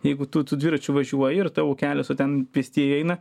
jeigu tu tu dviračiu važiuoji ir tavo kelias o ten pėstieji eina